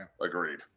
Agreed